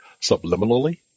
Subliminally